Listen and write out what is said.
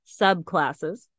subclasses